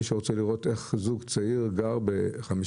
מי שרוצה לראות איך זוג צעיר גר ב-15